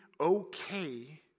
okay